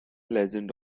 legend